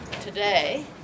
today